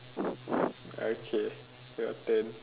okay your turn